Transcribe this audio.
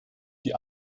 die